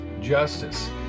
justice